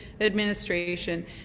administration